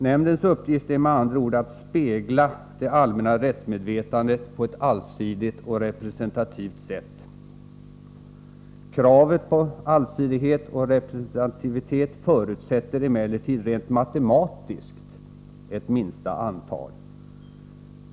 Nämndens uppgift är med andra ord att spegla det allmänna rättsmedvetandet på ett allsidigt och representativt sätt. Kravet på allsidighet och representativitet förutsätter emellertid rent matematiskt ett minsta antal.